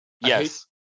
Yes